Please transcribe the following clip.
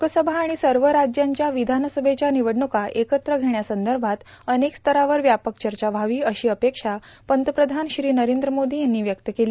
लोकसभा आणि सर्व राज्यांच्या विधानसभेच्या निवडणुका एकत्र घेण्यासंदर्भात अनेक स्तरावर व्यापक चर्चा व्हावी अशी अपेक्षा पंतप्रधान श्री नरेंद्र मोदी यांनी व्यक्त केली